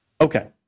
Okay